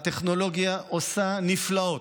הטכנולוגיה עושה נפלאות.